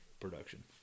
production